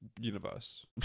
universe